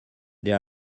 they